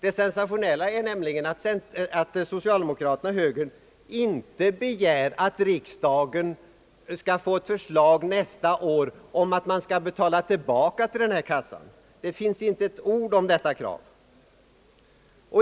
Det sensationella är vidare att socialdemokraterna och högern inte begär att riksdagen skall få ett förslag nästa år om att man skall betala tillbaka pengar till denna kassa, Det finns inte ett ord om detta.